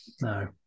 no